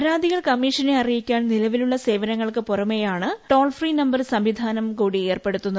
പരാതികൾ കമ്മിഷനെ അറിയിക്കാൻ നിലവിലുള്ള സേവനങ്ങൾക്ക് പുറമെയാണ് ടോൾ ഫ്രീ നമ്പർ സംവിധാനം കൂടി ഏർപ്പെടുത്തുന്നത്